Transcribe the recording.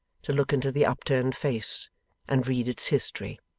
to look into the upturned face and read its history.